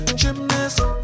gymnast